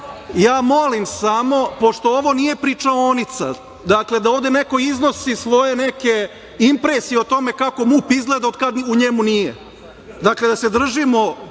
ja molim samo pošto ovo nije pričaonica, da ovde neko iznosi svoje neke impresije o tome kako MUP izgleda od kada u njemu nije. Dakle, da se držimo